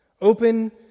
Open